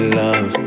love